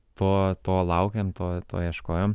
to to laukėm to to ieškojom